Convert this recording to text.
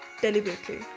deliberately